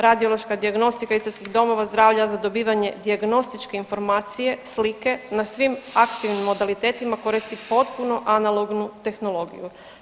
Radiološka dijagnostika istarskih domova zdravlja za dobivanje dijagnostičke informacije, slike na svim aktivnim modalitetima koristi potpuno analognu tehnologiju.